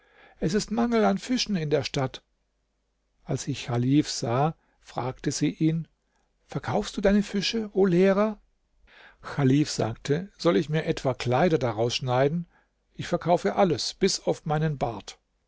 es ist mangel an fischen in der stadt als sie chalif sah fragte sie ihn verkaufst du deine fische o lehrer muallim werden oft leute genannt denen man einen ehrentitel geben will wenn sie auch nicht lesen können doch werden vorzugsweise kopten so genannt chalif sagte soll ich mir etwa kleider daraus schneiden ich verkaufe alles bis auf meinen bart